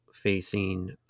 facing